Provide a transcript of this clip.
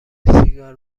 سیگار